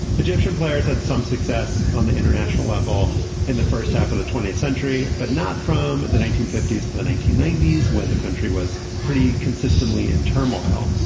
egyptian players had some success on the international level in the first half of the twentieth century, but not from the nineteen fifty s to the nineteen ninety s, when the country was pretty consistently in turmoil.